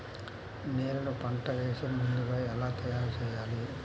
నేలను పంట వేసే ముందుగా ఎలా తయారుచేయాలి?